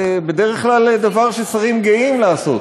זה בדרך כלל דבר ששרים גאים לעשות.